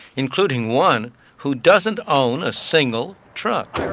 including one who doesn't own a single truck.